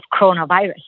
coronavirus